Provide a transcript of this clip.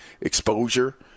exposure